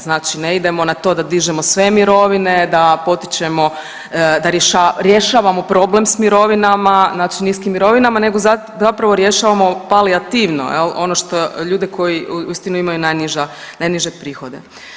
Znači ne idemo na to da dižemo sve mirovine, da potičemo, da rješavamo problem s mirovinama niskim mirovinama nego zapravo rješavamo palijativno ono što ljude koji uistinu imaju najniže prihode.